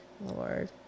Lord